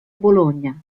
bologna